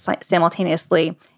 simultaneously